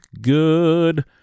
good